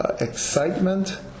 excitement